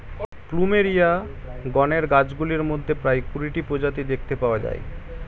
plumeria গণের গাছগুলির মধ্যে প্রায় কুড়িটি প্রজাতি দেখতে পাওয়া যায়